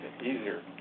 easier